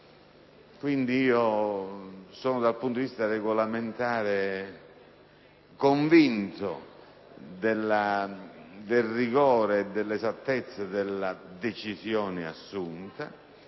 Quindi, dal punto di vista regolamentare sono convinto del rigore e dell'esattezza della decisione assunta,